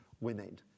women